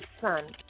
son